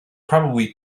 probably